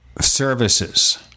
services